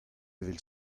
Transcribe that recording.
evel